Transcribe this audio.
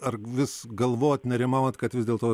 ar vis galvot nerimaut kad vis dėl to